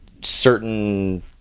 certain